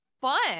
fun